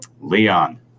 Leon